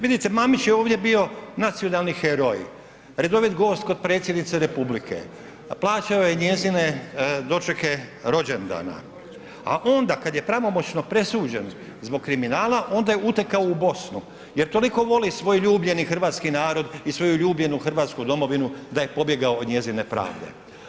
Vidite Mamić je ovdje bio nacionalni heroj, redovit gost kod Predsjednice Republike, plaćao je njezine dočeke rođendana, a onda kada je pravomoćno presuđen zbog kriminala onda je utekao u Bosnu jer toliko voli svoj ljubljeni hrvatski narod i svoju ljubljenu Hrvatsku domovinu da je pobjegao od njezine pravde.